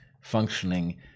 functioning